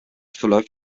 verläuft